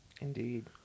indeed